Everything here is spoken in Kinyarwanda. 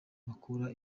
bakura